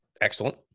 Excellent